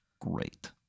great